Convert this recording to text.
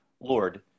Lord